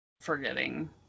forgetting